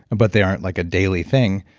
and but they aren't like a daily thing.